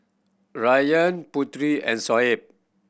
Ryan Putri and Shoaib